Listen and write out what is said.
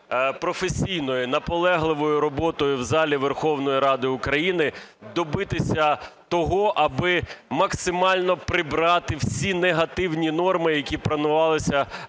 професійною і наполегливою роботою в залі Верховної Ради України добитися того, аби максимально прибрати всі негативні норми, які пропонувалися